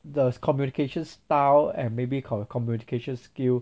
the communication style and maybe comm~ communication skill